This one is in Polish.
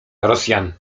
rosjan